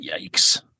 Yikes